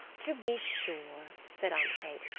to be sure, said aunt kate,